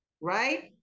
Right